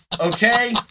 Okay